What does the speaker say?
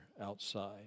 outside